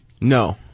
No